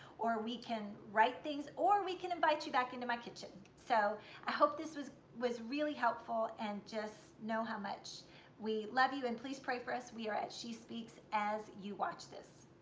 or we can write things, or we can invite you back into my kitchen. so i hope this was was really helpful and just know how much we love you, and please pray for us. we are at she speaks as you watch this!